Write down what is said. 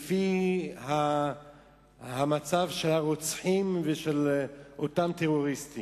לפי המצב של הרוצחים והטרוריסטים.